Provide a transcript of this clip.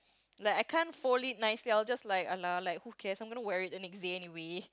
like I can't fold it nicely I will just like alah like who cares I'm gonna wear it the next day anyway